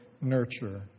nurture